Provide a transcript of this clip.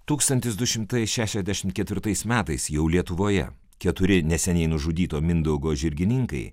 tūkstantis du šimtai šešiasdešim ketvirtais metais jau lietuvoje keturi neseniai nužudyto mindaugo žirgininkai